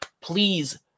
please